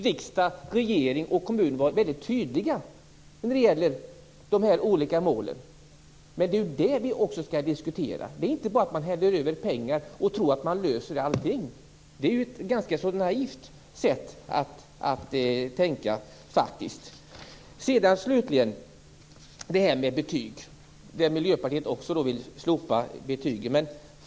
Riksdag, regering och kommun måste vara tydliga i fråga om de olika målen. Det är det vi skall diskutera. Man löser inte allt genom att hälla över pengar. Det är ett naivt sätt att tänka. Miljöpartiet vill slopa betygen.